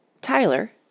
Tyler